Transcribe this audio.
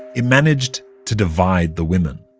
it managed to divide the women.